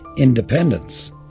independence